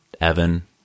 Evan